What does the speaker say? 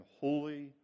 holy